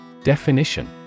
Definition